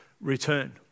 return